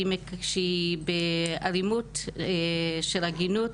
כשהיא באלימות של עגינות,